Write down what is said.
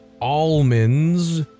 almonds